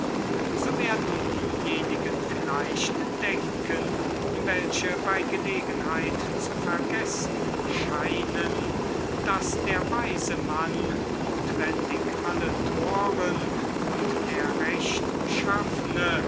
haben werden diejenige vielleicht denken welche bei gelegenheit zu vergessen scheinen daß der weise mann notwendig alle narren und der